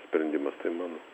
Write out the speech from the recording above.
sprendimas tai mano